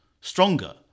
stronger